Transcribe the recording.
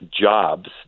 jobs